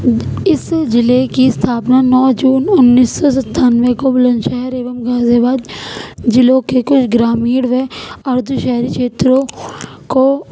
اس ضلعے کی استھاپنا نو جون انیس سو ستانوے کو بلند شہر ایوم غازی آباد ضلعوں کے گرامیڑ وے ارتھ شہری چھیتروں کو